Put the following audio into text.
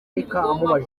ntibigomba